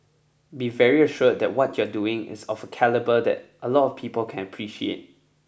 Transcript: be very assured that what you're doing is of a calibre that a lot of people can appreciate